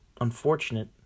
unfortunate